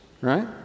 Right